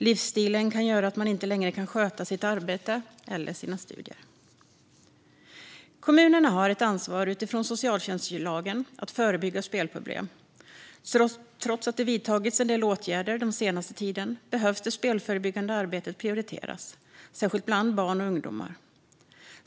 Livsstilen kan göra att man inte längre kan sköta sitt arbete eller sina studier. Kommunerna har utifrån socialtjänstlagen ett ansvar för att förebygga spelproblem. Trots att det har vidtagits en del åtgärder den senaste tiden behöver det spelförbyggande arbetet prioriteras, särskilt bland barn och ungdomar.